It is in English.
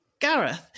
Gareth